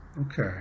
Okay